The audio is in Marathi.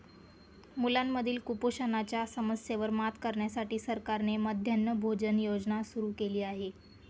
मुलांमधील कुपोषणाच्या समस्येवर मात करण्यासाठी सरकारने मध्यान्ह भोजन योजना सुरू केली आहे